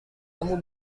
kamu